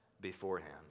beforehand